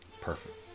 Perfect